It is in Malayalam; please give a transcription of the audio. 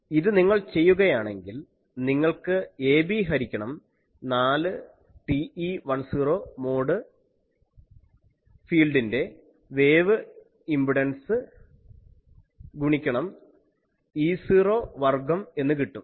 ഇത് നിങ്ങൾ ചെയ്യുകയാണെങ്കിൽ നിങ്ങൾക്ക് ab ഹരിക്കണം 4 TE10 മോഡ് ഫീൽഡിന്റെ വേവ് ഇംപിഡൻസ് ഗുണിക്കണം E0 വർഗ്ഗം എന്ന് കിട്ടും